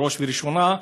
בראש ובראשונה,